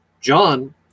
john